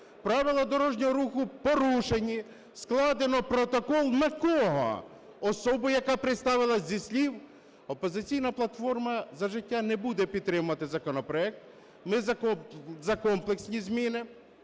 правила дорожнього руху порушені, складено протокол - на кого? Особу, яка представилась зі слів? "Опозиційна платформа – За життя" не буде підтримувати законопроект. Ми за комплексні зміни